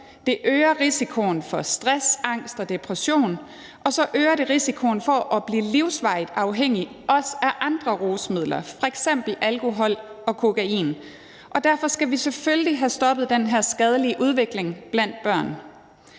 det øger risikoen for stress, angst og depression, og så øger det risikoen for at blive livsvarigt afhængig også af andre rusmidler, f.eks. alkohol og kokain, og derfor skal vi selvfølgelig have stoppet den her skadelige udvikling blandt børn.